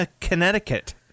Connecticut